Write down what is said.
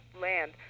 land